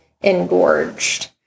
engorged